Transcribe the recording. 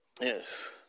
Yes